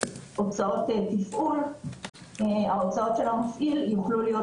הוצאות התפעול של המפעיל יוכלו להיות